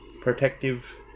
protective